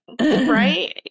Right